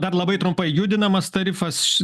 dar labai trumpai judinamas tarifas